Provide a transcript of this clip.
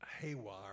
haywire